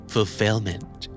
Fulfillment